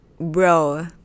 bro